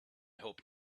hope